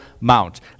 Mount